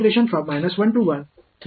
இதுவும் 0 ஆக வெளிவருவதை நீங்கள் காணலாம்